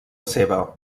seva